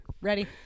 ready